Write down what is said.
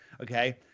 okay